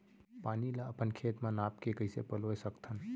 पानी ला अपन खेत म नाप के कइसे पलोय सकथन?